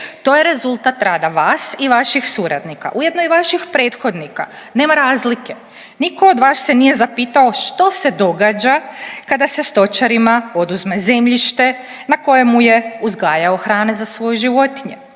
To je rezultat rada vas i vaših suradnika, ujedno i vaših prethodnika, nema razlike. Nitko od vas se nije zapitao što se događa kada se stočarima oduzme zemljište na kojemu je uzgajao hrane za svoje životinje,